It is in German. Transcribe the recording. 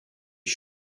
ich